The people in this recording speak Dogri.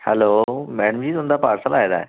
हैलो मैडम जी तुंदा पार्सल आए दा ऐ